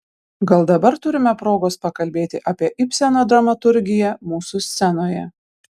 gal dabar turime progos pakalbėti apie ibseno dramaturgiją mūsų scenoje